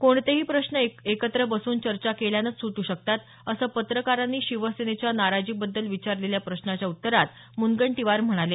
कोणतेही प्रश्न एकत्र बसून चर्चा केल्यानंच सुटू शकतात असं पत्रकारांनी शिवसेनेच्या नाराजीबद्दल विचारलेल्या प्रश्नाच्या उत्तरात मुनगंटीवार म्हणाले